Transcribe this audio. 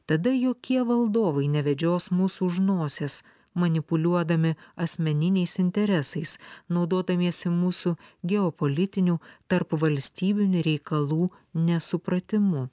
tada jokie valdovai nevedžios mūsų už nosies manipuliuodami asmeniniais interesais naudodamiesi mūsų geopolitinių tarpvalstybinių reikalų nesupratimu